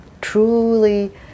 truly